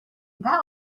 that